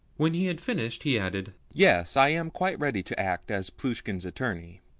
when he had finished he added yes, i am quite ready to act as plushkin's attorney.